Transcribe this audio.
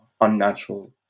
unnatural